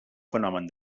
fenomen